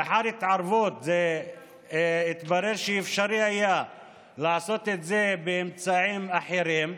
לאחר התערבות התברר שאפשרי היה לעשות את זה באמצעים אחרים,